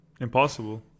impossible